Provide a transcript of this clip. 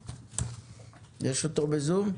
יש אותו בזום?